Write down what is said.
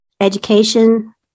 education